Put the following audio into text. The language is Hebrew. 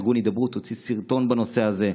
ארגון הידברות הוציא סרטון בנושא הזה.